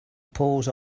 paws